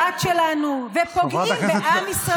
פוגעים בתורה ופוגעים בדת שלנו ופוגעים בעם ישראל,